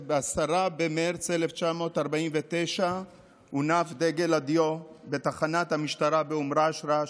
ב-10 במרץ 1949 הונף דגל הדיו בתחנת המשטרה באום רשרש,